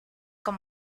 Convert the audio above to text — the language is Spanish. con